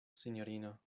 sinjorino